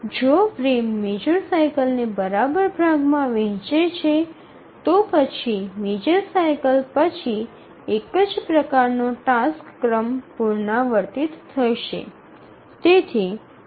જો frame major cycle ને બરાબર ભાગ માં વહેચે છે તો પછી મેજર સાઇકલ પછી એક જ પ્રકારનો ટાસ્ક ક્રમ પુનરાવર્તિત થશે